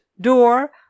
Door